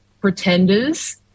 Pretenders